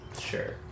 Sure